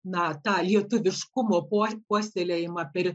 na tą lietuviškumo puo puoselėjimą per